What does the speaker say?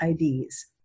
IDs